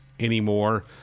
Anymore